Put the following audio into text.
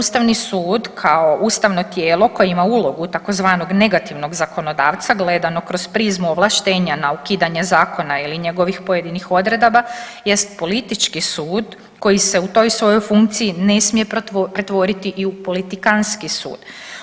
No Ustavni sud kao ustavno tijelo koje ima ulogu tzv. negativnog zakonodavca gledano kroz prizmu ovlaštenja na ukidanje zakona ili njegovih pojedinih odredaba jest politički sud koji se u toj svojoj funkciji ne smije pretvoriti i u politikanski sud.